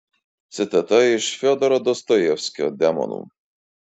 citata iš fiodoro dostojevskio demonų